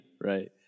right